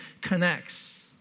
connects